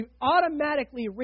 automatically